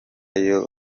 iyo